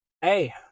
hey